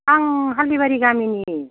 आं हाल्दिबारि गामिनि